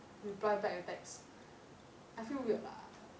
reply back the text I feel weird lah